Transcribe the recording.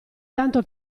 tanto